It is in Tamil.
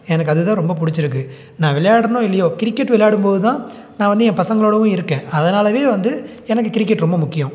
எனக்கு அதுதான் ரொம்ப பிடிச்சிருக்கு நான் விளையாட்றேனோ இல்லையோ கிரிக்கெட் விளையாடும்போதுதான் நான் வந்து என் பசங்களோடவும் இருக்கேன் அதனால வந்து எனக்கு கிரிக்கெட் ரொம்ப முக்கியம்